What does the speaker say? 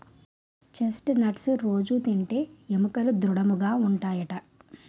chest nuts రొజూ తింటే ఎముకలు దృడముగా ఉంటాయట